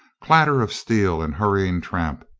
clatter of steel and hurrying tramp.